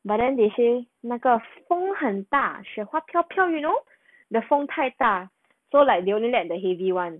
but then they say 那个风很大雪花飘飘 you know the 风太大 so like they only let the heavy [one]